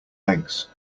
legs